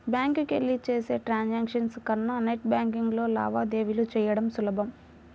బ్యాంకులకెళ్ళి చేసే ట్రాన్సాక్షన్స్ కన్నా నెట్ బ్యేన్కింగ్లో లావాదేవీలు చెయ్యడం సులభం